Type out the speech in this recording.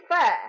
fair